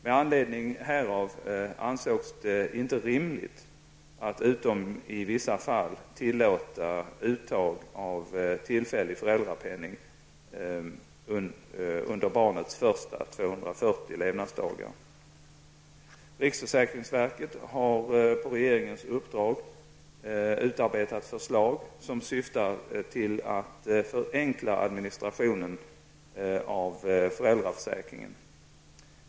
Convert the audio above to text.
Med anledning härav ansågs det inte rimligt att, utom i vissa fall, tillåta uttag av tillfällig föräldrapenning under barnets första 240 Riksförsäkringsverket har på regeringens uppdrag utarbetat förslag som syftar till att förenkla administrationen av föräldraförsäkringen.